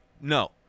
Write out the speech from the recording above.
No